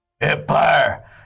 Empire